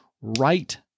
right